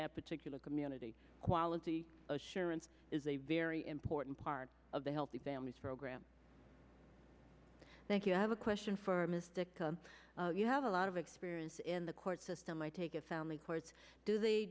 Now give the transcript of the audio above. that particular community quality assurance is a very important part of the healthy families program thank you have a question for mystic because you have a lot of experience in the court system i take it family courts do the